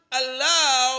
allow